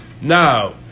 Now